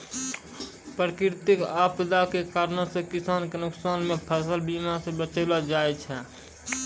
प्राकृतिक आपदा के कारणो से किसान के नुकसान के फसल बीमा से बचैलो जाबै सकै छै